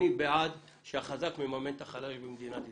אני בעד שהחזק מממן את החלש במדינת ישראל.